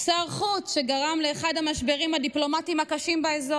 שר חוץ שגרם לאחד המשברים הדיפלומטיים הקשים באזור,